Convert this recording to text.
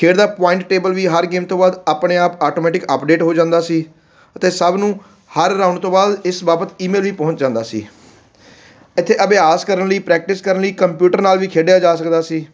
ਖੇਡ ਦਾ point table ਵੀ ਹਰ ਗੇਮ ਤੋਂ ਬਾਅਦ ਆਪਣੇ ਆਪ ਆਟੋਮੈਟਿਕ ਅਪਡੇਟ ਹੋ ਜਾਂਦਾ ਸੀ ਅਤੇ ਸਭ ਨੂੰ ਹਰ ਰਾਊਂਡ ਤੋਂ ਬਾਅਦ ਇਸ ਬਾਬਤ ਈਮੇਲ ਵੀ ਪਹੁੰਚ ਜਾਂਦਾ ਸੀ ਇੱਥੇ ਅਭਿਆਸ ਕਰਨ ਲਈ ਪ੍ਰੈਕਟਿਸ ਕਰਨ ਲਈ ਕੰਪਿਊਟਰ ਨਾਲ ਵੀ ਖੇਡਿਆ ਜਾ ਸਕਦਾ ਸੀ